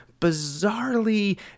bizarrely